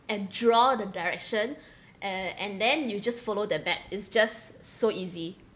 and draw the direction uh and then you just follow the map it's just so easy